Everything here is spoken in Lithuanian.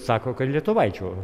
sako kad lietuvaičių